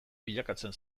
bilakatzen